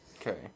Okay